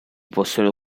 possono